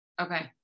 Okay